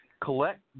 collect